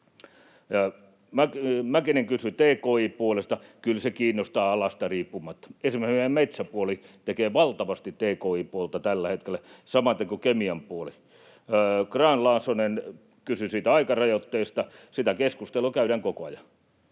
Mäkinen kysyi tki-puolesta. Kyllä se kiinnostaa alasta riippumatta. Esimerkiksi meidän metsäpuoli tekee valtavasti tki-puolta tällä hetkellä, samaten kuin kemian puoli. Grahn-Laasonen kysyin siitä aikarajoitteesta. Sitä keskustelua käydään koko ajan.